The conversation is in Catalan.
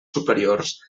superiors